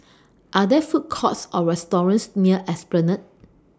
Are There Food Courts Or restaurants near Esplanade